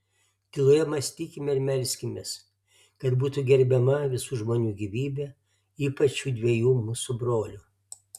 tyloje mąstykime ir melskimės kad būtų gerbiama visų žmonių gyvybė ypač šių dviejų mūsų brolių